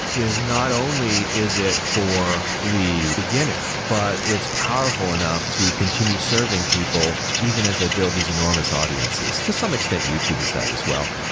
is not only is it for the beginner, but it's powerful enough to continue serving people even as they build these enormous audiences. to some extent, youtube is that as well.